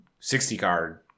60-card